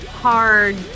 hard